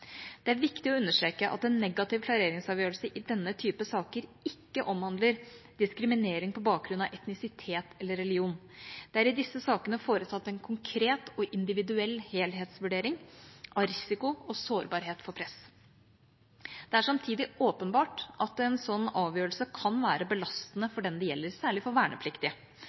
Det er viktig å understreke at en negativ klareringsavgjørelse i denne typen saker ikke omhandler diskriminering på bakgrunn av etnisitet eller religion. Det er i disse sakene foretatt en konkret og individuell helhetsvurdering av risiko og sårbarhet for press. Det er samtidig åpenbart at en sånn avgjørelse kan være belastende for den det gjelder, særlig for vernepliktige.